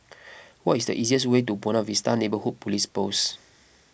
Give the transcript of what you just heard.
what is the easiest way to Buona Vista Neighbourhood Police Post